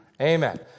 Amen